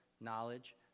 knowledge